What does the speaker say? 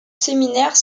séminaire